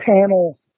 panel